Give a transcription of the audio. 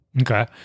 Okay